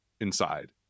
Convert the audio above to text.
inside